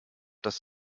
das